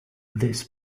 this